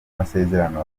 masezerano